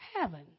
heaven